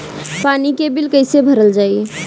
पानी के बिल कैसे भरल जाइ?